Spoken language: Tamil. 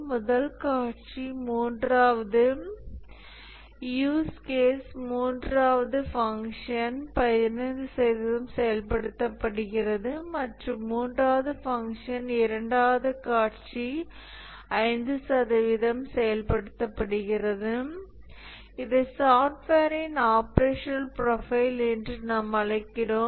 முதல் காட்சி மூன்றாவது யூஸ் கேஸ் மூன்றாவது ஃபங்க்ஷன் 15 சதவிகிதம் செயல்படுத்தப்படுகிறது மற்றும் மூன்றாவது ஃபங்க்ஷன் இரண்டாவது காட்சி 5 சதவிகிதம் செயல்படுத்தப்படுகிறது இதை சாஃப்ட்வேரின் ஆபரேஷனல் ப்ரொஃபைல் என்று நாம் அழைக்கிறோம்